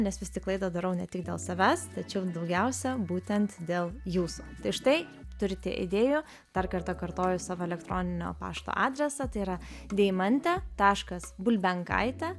nes vis tik klaidą darau ne tik dėl savęs tačiau daugiausia būtent dėl jūsų tai štai turite idėjų dar kartą kartoju savo elektroninio pašto adresą tai yra deimantė taškas bulbenkaitė